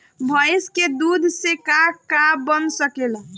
भइस के दूध से का का बन सकेला?